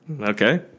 Okay